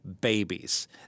babies